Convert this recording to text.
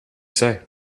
say